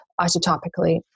isotopically